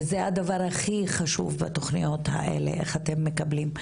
וזה הדבר הכי חשוב בתוכניות האלה, איך אתם מקבלים.